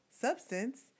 substance